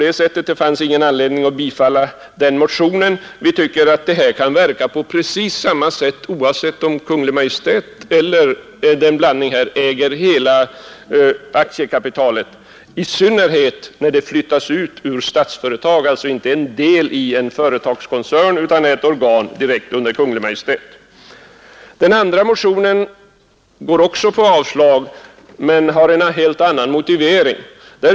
Det fanns ingen anledning att bifalla den motionen. Vi tycker att det här kan verka på precis samma sätt, oavsett om Kungl. Maj:t eller någon annan äger hela aktiekapitalet, i synnerhet när det flyttas ut ur Statsföretag AB, alltså inte utgör en del i en företagskoncern utan ett organ direkt under Kungl. Maj:t. Den andra motionen utmynnar också i ett avslagsyrkande men med en helt annan motivering.